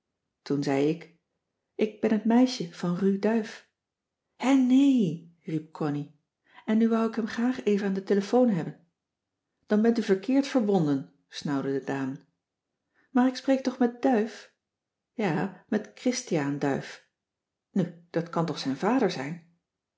toen zei ik ik ben het meisje van ru duyf hè nee riep connie en nu wou ik hem graag even aan de telefoon hebben dan bent u verkeerd verbonden snauwde de dame maar ik spreek toch met duyf ja met christiaan duyf nu dat kon toch zijn vader zijn